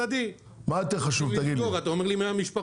חד צדדי, כדי לסגור אתה אומר לי 100 משפחות.